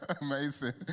Amazing